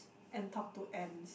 and talk to ants